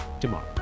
tomorrow